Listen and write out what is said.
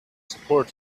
support